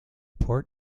port